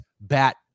bat